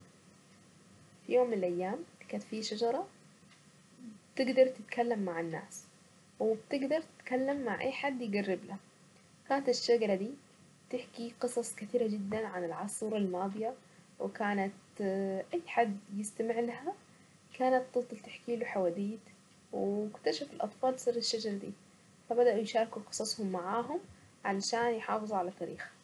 في يوم من الايام كان في شجرة بتقدر تتكلم مع الناس وبتقدر تتكلم مع اي حد يقرب لها كانت الشجرة دي تحكي قصص كثيرة جدا عن العصور الماضية وكانت اي حد يستمع لها كانت توصل تحكي له حواديت اكتشف الاطفال في الشجر دي فبدأوا يشاركوا قفصهم معهم علشان يحافظوا على تاريخهم.